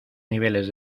niveles